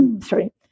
Sorry